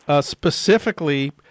specifically